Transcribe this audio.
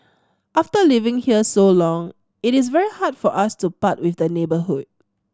after living here so long it is very hard for us to part with the neighbourhood